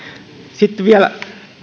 sitten vielä kun